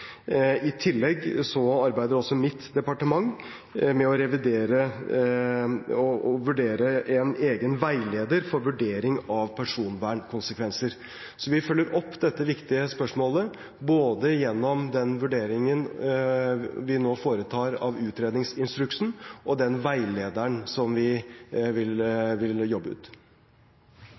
I tillegg arbeider også mitt departement med å revidere og vurdere en egen veileder for vurdering av personvernkonsekvenser. Så vi følger opp dette viktige spørsmålet både gjennom den vurderingen vi nå foretar av Utredningsinstruksen, og den veilederen som vi vil jobbe ut.